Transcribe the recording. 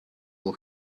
will